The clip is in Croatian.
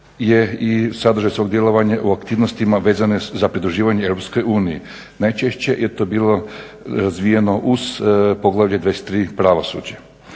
je i sadržaj svog djelovanja u aktivnostima vezane za pridruživanje EU. Najčešće je to bilo razvijeno uz poglavlje 23 pravosuđe.